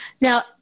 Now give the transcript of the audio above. now